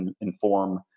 inform